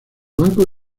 banco